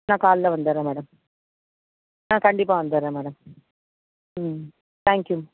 நான் காலைல வந்துடறேன் மேடம் ஆ கண்டிப்பாக வந்துடறேன் மேடம் ம் தேங்க் யூ